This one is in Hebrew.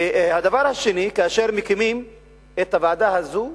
והדבר השני, כאשר מקימים את הוועדה הזאת,